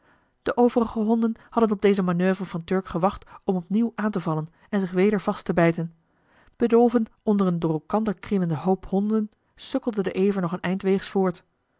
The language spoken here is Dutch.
de overige honden hadden op deze manoeuvre van turk gewacht om opnieuw aan te vallen en zich weder vast te bijten bedolven onder een door elkander krielenden hoop honden sukkelde de ever nog een